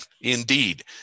indeed